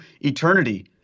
eternity